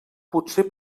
potser